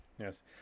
Yes